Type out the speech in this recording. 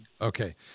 Okay